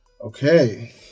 Okay